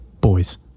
boys